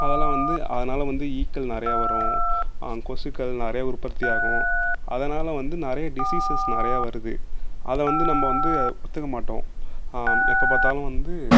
அதெல்லாம் வந்து அதனால் வந்து ஈக்கள் நிறையா வரும் கொசுக்கள் நிறைய உற்பத்தியாகும் அதனால் வந்து நிறைய டிசீஸஸ் நிறையா வருது அதை வந்து நம்ம வந்து ஒத்துக்க மாட்டோம் எப்போ பார்த்தாலும் வந்து